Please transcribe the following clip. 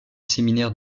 séminaire